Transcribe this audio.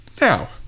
now